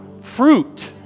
fruit